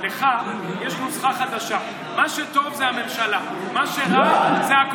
לך יש נוסחה חדשה: מה שטוב זה הממשלה,